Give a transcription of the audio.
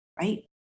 right